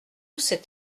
cet